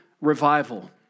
revival